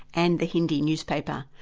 and the hindi newspaper,